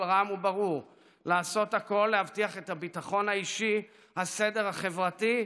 רם וברור לעשות הכול להבטיח את הביטחון האישי והסדר החברתי,